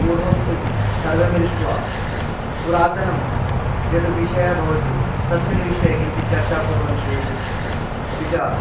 पूर्वं तु सर्वे मिलित्वा पुरातनं यद् विषय भवति तस्मिन् विषये किञ्चित् चर्चां कुर्वन्ति अपि च